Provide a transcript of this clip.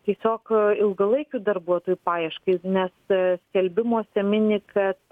tiesiog ilgalaikių darbuotojų paieškai nes skelbimuose mini kad